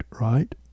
right